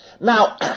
Now